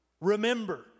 Remember